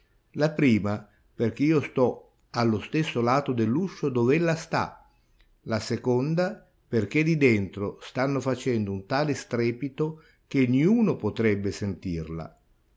la prima perchè io stò allo stesso lato dell'uscio dov'ella sta la seconda perchè di dentro stanno facendo un tale strepito che niuno potrebbe sentirla